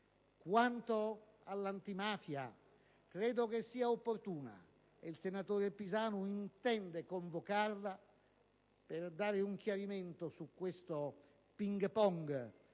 antimafia, credo sia opportuno - e il senatore Pisanu intende convocarla - dare un chiarimento su questo ping pong